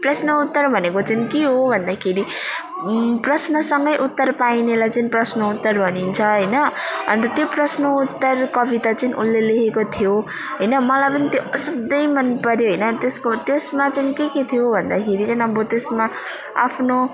प्रश्नोत्तर भनेको चाहिँ के हो भन्दाखेरि प्रश्नसँगै उत्तर पाइनेलाई चाहिँ प्रश्नोत्तर भनिन्छ होइन अन्त त्यो प्रश्नोत्तर कविता चाहिँ उसले लेखेको थियो होइन मलाई पनि त्यो असाध्यै मनपर्यो होइन त्यसको त्यसमा चाहिँ के के थियो भन्दाखेरि चाहिँ अब त्यसमा आफ्नो